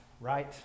right